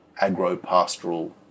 agro-pastoral